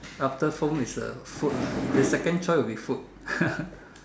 after home is the food if the second choice will be food